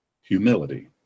Humility